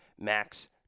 Max